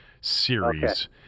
series